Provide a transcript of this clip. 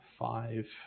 Five